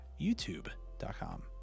youtube.com